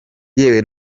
yewe